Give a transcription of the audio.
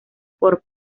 por